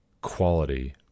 quality